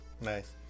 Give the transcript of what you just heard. Nice